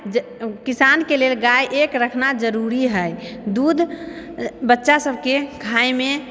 किसानके लिए गाय एक रखना जरूरी है दूध बच्चा सभकेँ खायमे